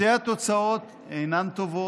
שתי התוצאות אינן טובות,